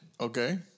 Okay